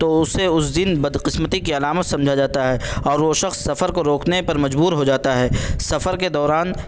تو اسے اس دن بدقسمتی کی علامت سمجھا جاتا ہے اور وہ شخص سفر کو روکنے پر مجبور ہو جاتا ہے سفر کے دوران